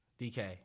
DK